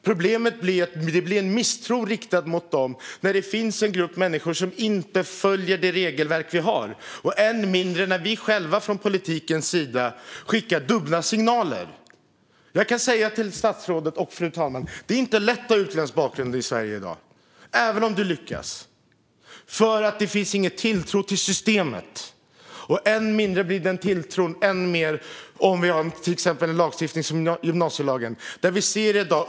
Problemet blir att det uppstår en misstro mot dem när det finns en grupp människor som inte följer det regelverk vi har. Än värre blir det när vi själva från politikens sida skickar dubbla signaler. Jag kan säga till statsrådet och fru talmannen: Det är inte lätt att ha utländsk bakgrund i Sverige i dag, även om man lyckas, vilket beror på bristande tilltro till systemet. Tilltron blir än mindre om vi till exempel har en lagstiftning som gymnasielagen.